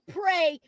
pray